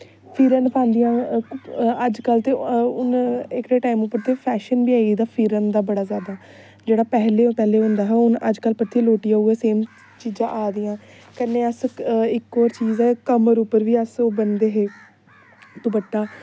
फिरन पांदियां अजकल्ल ते हुन एह्कड़े टाईम उप्पर ते फैशन बी आई गेदा फिरन दा बड़ा जैदा जेह्ड़ा पैह्ले बी होंदा हा हून अज कल्ल परतियै लौटियै उऐ सेम चीजां आदियां कन्नै अस इक होर चीज ऐ कमर उप्पर बी अस ओह् बन्नदे हे दुपट्टा